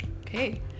Okay